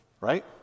right